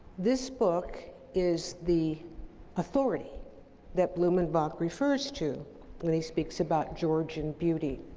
this book is the authority that blumenbach refers to when he speaks about georgian beauty.